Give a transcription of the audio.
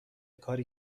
کاری